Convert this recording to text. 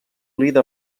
líder